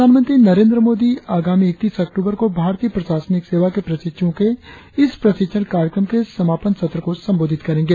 प्रधानमंत्री नरेंद्र मोदी आगामी इकतीस अक्टूबर को भारतीय प्रशासनिक सेवा के प्रशिक्षुओं के इस प्रशिक्षण कार्यक्रम के समापन सत्र को संबोधित करेंगे